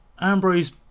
Ambrose